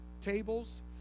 tables